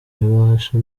ibahasha